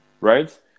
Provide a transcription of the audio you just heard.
right